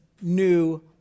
new